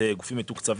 גופים מתוקצבים,